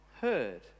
heard